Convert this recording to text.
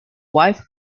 wife